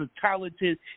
talented